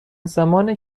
زمان